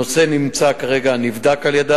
הנושא נבדק על-ידם,